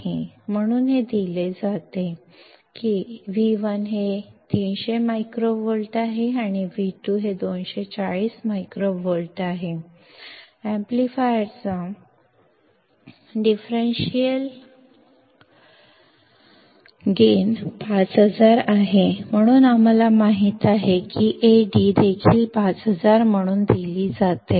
आहे म्हणून हे दिले जाते की V1 हे 300 मायक्रोव्होल्ट आहे आणि V2 हे 240 मायक्रोव्होल्ट आहे एम्पलीफायरचा डिफरेंशियल गेन 5000 आहे म्हणून आम्हाला माहित आहे की Ad देखील 5000 म्हणून दिली जाते